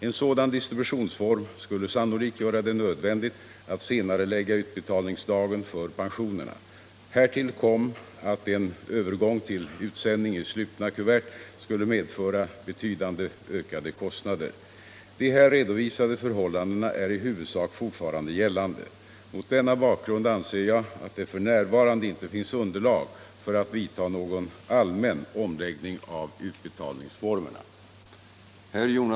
En sådan distributionsform skulle sannolikt göra det nödvändigt att se narelägga utbetalningsdagen för pensionerna. Härtill kom att en övergång till utsändning i slutna kuvert skulle medföra betydligt ökade kostnader. De här redovisade förhållandena är i huvudsak fortfarande gällande. Mot denna bakgrund anser jag att det f.n. inte finns underlag för att vidta någon allmän omläggning av utbetalningsformerna.